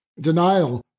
Denial